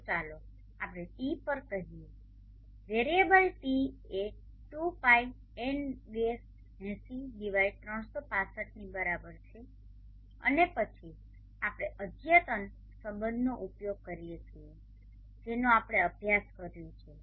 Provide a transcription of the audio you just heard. તો ચાલો આપણે ટી પર કહીએ વેરીએબલ ટી એ 2ΠN - 80365 ની બરાબર છે અને પછી આપણે અધ્યતન સંબંધનો ઉપયોગ કરીએ છીએ જેનો આપણે અભ્યાસ કર્યો છે